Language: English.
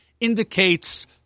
indicates